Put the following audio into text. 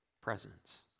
Presence